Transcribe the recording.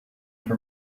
for